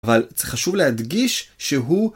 אבל חשוב להדגיש שהוא.